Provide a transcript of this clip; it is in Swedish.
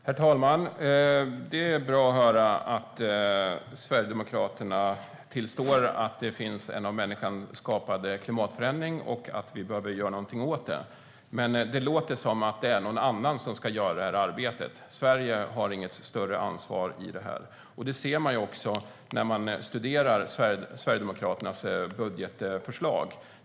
Herr talman! Det är bra att Sverigedemokraterna tillstår att det finns en av människan skapad klimatförändring och att vi behöver göra något åt det. Men det låter som att det är någon annan som ska göra det arbetet. Sverige har inget större ansvar för det. Det ser man också när man studerar Sverigedemokraternas budgetförslag.